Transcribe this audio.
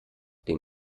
den